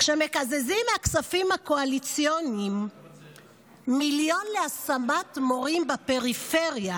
כשמקזזים מהכספים הקואליציוניים מיליון להשמת מורים בפריפריה,